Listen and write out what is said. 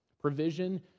Provision